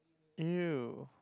you